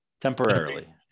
Temporarily